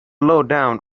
lowdown